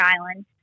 Island